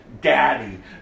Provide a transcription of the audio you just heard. Daddy